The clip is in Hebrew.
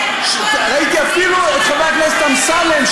ראיתי אפילו את חבר הכנסת אמסלם,